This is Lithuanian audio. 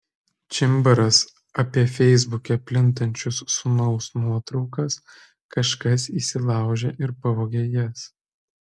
čimbaras apie feisbuke plintančias sūnaus nuotraukas kažkas įsilaužė ir pavogė jas